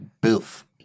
boof